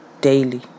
daily